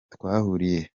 twahuriye